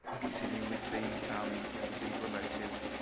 continue with the with the zebra motive.